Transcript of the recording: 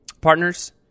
partners